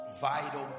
vital